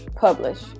publish